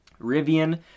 Rivian